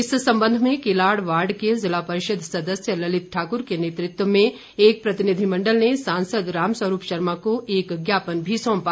इस संबंध में किलाड़ वार्ड के ज़िला परिषद सदस्य ललित ठाकुर के नेतृत्व में एक प्रतिनिधिमण्डल ने सांसद राम स्वरूप शर्मा को एक ज्ञापन भी सौंपा